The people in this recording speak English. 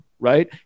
right